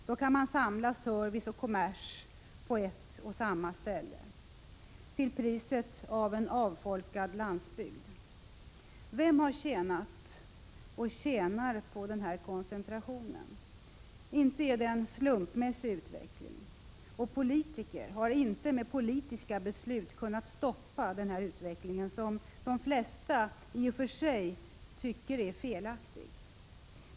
Då kan man samla service och kommers på ett och samma ställe — till priset av en avfolkad landsbygd. Vem har tjänat och tjänar på denna koncentration? Inte är det en slumpmässig utveckling. Och politiker har inte med politiska beslut kunnat stoppa denna utveckling, som de flesta i och för sig tycker är felaktig.